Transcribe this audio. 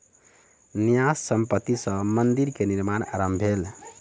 न्यास संपत्ति सॅ मंदिर के निर्माण आरम्भ भेल